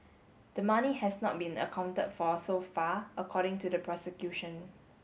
the money has not been accounted for so far according to the prosecution